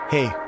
Hey